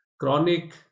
chronic